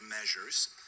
measures –